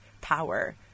power